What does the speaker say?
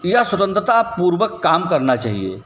या स्वतंत्रता पूर्वक काम करना चाहिए